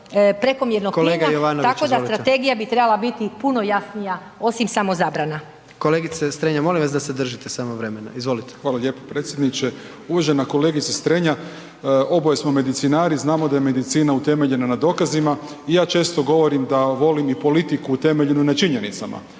izvolite./… …tako da strategija bi trebala biti puno jasnija osim samo zabrana. **Jandroković, Gordan (HDZ)** Kolegice Strenja, molim vas da se držite samo vremena, izvolite. **Jovanović, Željko (SDP)** Hvala lijepo, predsjedniče. Uvažena kolegice Strenja, oboje smo medicinari, znamo da je medicina utemeljena na dokazima i ja često govorim da volim i politiku utemeljenu na činjenicama